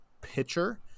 pitcher